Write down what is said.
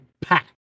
pack